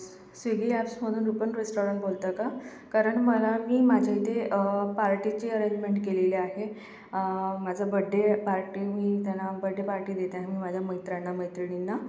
Swiggy ॲप्समधून रुपन restaurant बोलता का कारण मला मी माझ्या इथे पार्टीची अरेंजमेंट केलेली आहे माझा बड्डे पार्टी मी त्यांना बड्डे पार्टी देत आहे माझ्या मित्रांना मैत्रिणींना